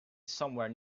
somewhere